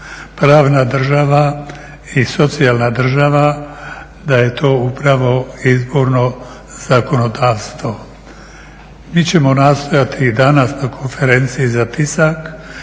pravna država i socijalna država, da je to upravo izborno zakonodavstvo. Mi ćemo nastoji i danas na konferenciji za tisak